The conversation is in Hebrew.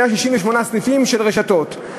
168 סניפים של רשתות,